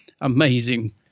amazing